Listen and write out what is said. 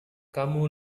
kamu